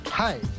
Hi